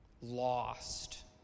lost